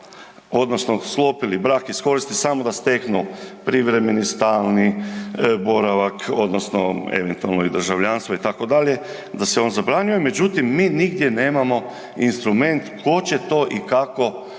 odnosno sklopili brak iz koristi samo da steknu privremeni stalni boravak odnosno eventualno i državljanstvo da se on zabranjuje, međutim mi nigdje nemamo instrument tko će to i kako